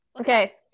Okay